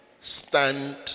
stand